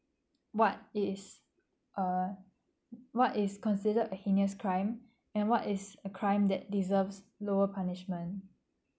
what is err what is considered a heinous crime and what is a crime that deserves lower punishment